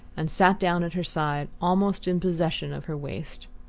and sat down at her side, almost in possession of her waist.